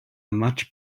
much